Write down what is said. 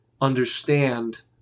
understand